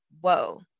whoa